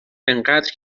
انقدر